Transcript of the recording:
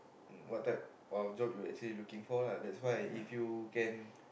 what type of job you actually looking for lah that's why if you can